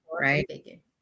right